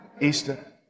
Easter